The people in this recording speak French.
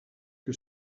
que